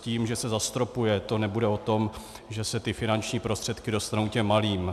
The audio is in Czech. Tím, že se zastropuje, to nebude o tom, že se ty finanční prostředky dostanou těm malým.